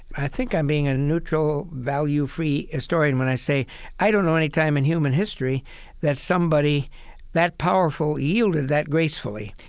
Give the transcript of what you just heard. i think i'm being a neutral, value-free historian when i say i don't know any time in human history that somebody somebody that powerful yielded that gracefully.